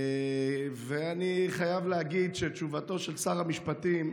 ואני חייב להגיד שתשובתו של שר המשפטים,